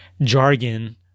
jargon